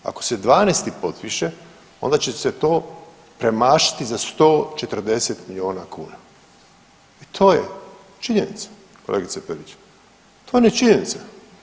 Ako se 12. potpiše onda će se to premašiti za 140 milijuna kuna i to je činjenica kolegice Peri, to vam je činjenica.